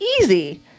easy